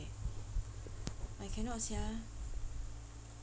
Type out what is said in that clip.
I cannot sia